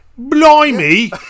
Blimey